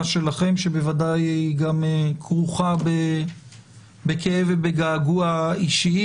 שלכם שבוודאי גם כרוכה בכאב ובגעגוע אישיים,